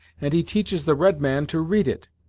and he teaches the red man to read it,